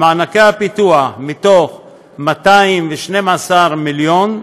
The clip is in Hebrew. במענקי הפיתוח, מ-212 מיליון,